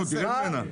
נו, תרד ממנה.